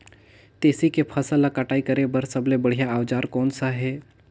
तेसी के फसल ला कटाई करे बार सबले बढ़िया औजार कोन सा हे?